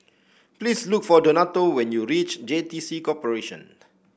please look for Donato when you reach J T C Corporation